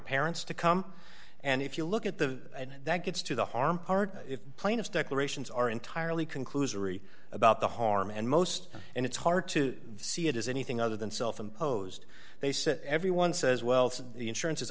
parents to come and if you look at the and that gets to the harm part if plaintiffs declarations are entirely conclusory about the harm and most and it's hard to see it as anything other than self imposed they said everyone says well the insurance i